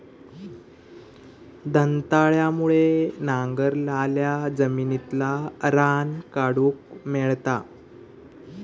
दंताळ्यामुळे नांगरलाल्या जमिनितला रान काढूक मेळता